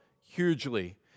hugely